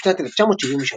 בשנת 1973,